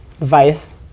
Vice